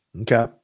Okay